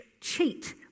cheat